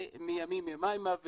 זה מימים ימימה,